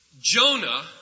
Jonah